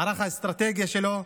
מערך האסטרטגיה שלו.